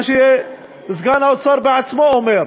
מה שסגן שר האוצר בעצמו אומר,